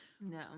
No